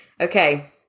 Okay